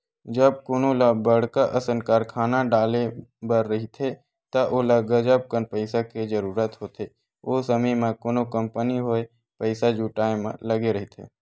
जब कोनो ल बड़का असन कारखाना डाले बर रहिथे त ओला गजब कन पइसा के जरूरत होथे, ओ समे म कोनो कंपनी होय पइसा जुटाय म लगे रहिथे